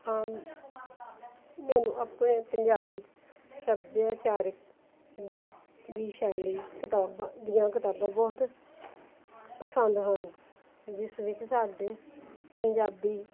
ਹਾਂ ਮੈਨੂੰ ਆਪਣੇ ਪੰਜਾਬੀ ਸੱਭਿਆਚਾਰਕ ਦੀ ਸ਼ੈਲੀ ਕਿਤਾਬਾਂ ਦੀਆਂ ਕਿਤਾਬਾਂ ਬਹੁਤ ਪਸੰਦ ਹਨ ਜਿਸ ਵਿੱਚ ਸਾਡੇ ਪੰਜਾਬੀ